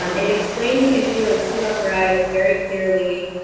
um it explained the issue of sea level rise very clearly,